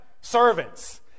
servants